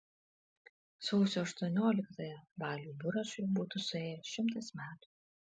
sausio aštuonioliktąją baliui buračui būtų suėję šimtas metų